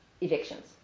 evictions